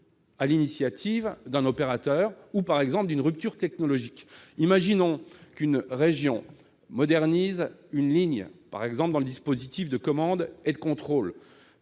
des initiatives de l'opérateur ou d'une rupture technologique. Imaginons qu'une région modernise une ligne, par exemple grâce à un dispositif de commande et de contrôle,